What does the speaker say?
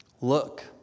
Look